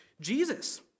Jesus